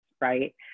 right